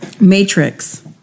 Matrix